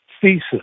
thesis